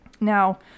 Now